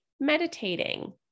Meditating